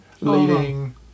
leading